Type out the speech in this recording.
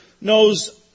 knows